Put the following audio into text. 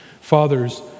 Fathers